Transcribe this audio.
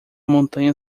montanha